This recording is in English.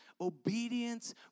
obedience